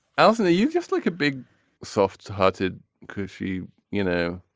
alison are you just like a big soft hearted cushy. you know.